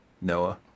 Noah